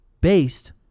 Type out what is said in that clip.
based